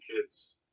kids